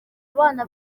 abana